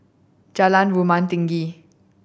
Jalan Rumah Tinggi